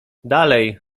dalej